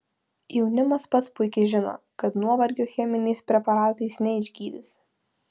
jaunimas pats puikiai žino kad nuovargio cheminiais preparatais neišgydysi